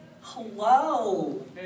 hello